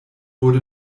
wurde